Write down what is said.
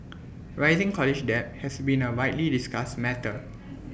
rising college debt has been A widely discussed matter